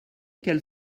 qu’elle